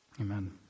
Amen